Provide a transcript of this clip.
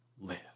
live